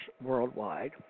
worldwide